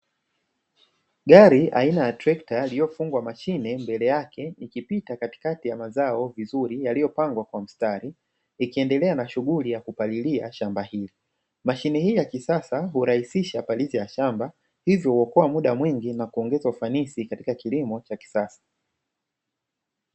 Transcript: Gari aina ya trekta lililofungwa mashine mbele yake likipita katika mazao vizuri yaliyopangwa kwa mstari, ikiendelea na shughuli ya kupalilia shamba hili. Mashine hii ya kisasa hurahisisha parizi ya shamba, hivyo huokoa muda mwingi na kuongeza ufaninisi katika kilimo cha kisasa.